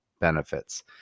benefits